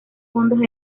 fondos